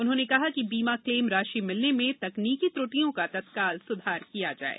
उन्होंने कहा कि बीमा क्लेम राशि मिलने में तकनीकी त्रुटियों का तत्काल सुधार किया जाये